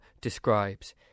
describes